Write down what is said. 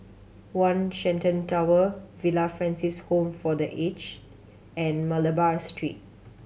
One Shenton Tower Villa Francis Home for The Aged and Malabar Street